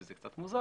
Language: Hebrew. שזה קצת מוזר,